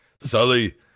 sully